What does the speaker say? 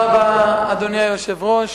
אדוני היושב-ראש,